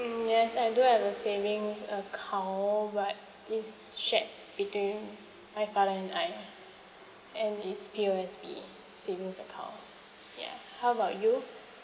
mm yes I do have a savings account but it's shared between my father and I and it's P_O_S_B savings account ya how about you